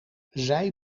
zij